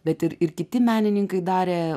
bet ir ir kiti menininkai darė